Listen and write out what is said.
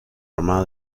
armada